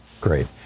great